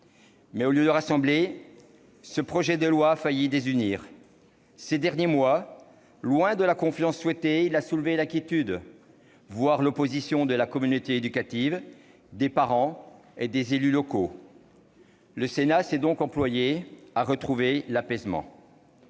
au lieu de rassembler, ce projet de loi a failli désunir. Ces derniers mois, loin de la confiance souhaitée, il a soulevé l'inquiétude, voire l'opposition de la communauté éducative, des parents et des élus locaux. Le Sénat s'est donc employé à retrouver l'apaisement.